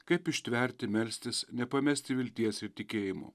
kaip ištverti melstis nepamesti vilties ir tikėjimo